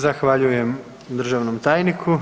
Zahvaljujem državnom tajniku.